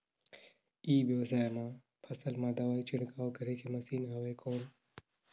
ई व्यवसाय म फसल मा दवाई छिड़काव करे के मशीन हवय कौन?